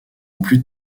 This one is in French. plus